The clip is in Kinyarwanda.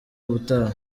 ubutaha